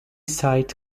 side